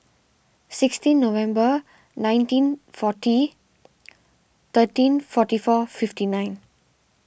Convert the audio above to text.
sixteen November nineteen forty thirteen forty four fifty nine